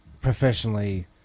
professionally